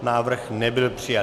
Návrh nebyl přijat.